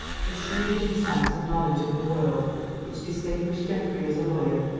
the shrewd insight and knowledge of the world which distinguished geoffrey as a lawyer,